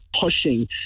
pushing